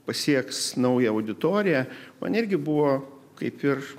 pasieks naują auditoriją man irgi buvo kaip ir